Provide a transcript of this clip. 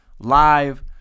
Live